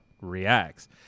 reacts